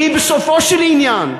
כי בסופו של עניין,